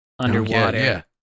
underwater